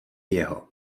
jeho